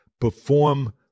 perform